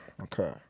Okay